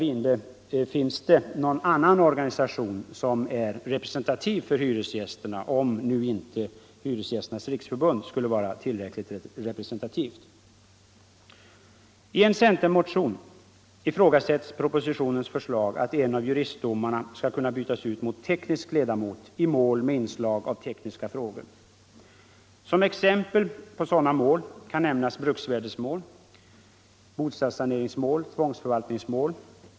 Finns det, herr Winberg, någon annan organisation som är representativ för hyresgästerna, om nu inte Hyresgästernas riksförbund skulle vara tillräckligt representativt? I en centermotion ifrågasätts propositionens förslag att en av juristdomarna skall kunna bytas ut mot teknisk ledamot i mål med inslag av tekniska frågor. Som exempel på sådana mål kan nämnas bruksvärdemål, bostadssaneringsmål och tvångsförvaltningsmål.